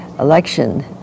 election